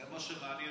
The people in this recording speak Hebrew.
זה מה שמעניין,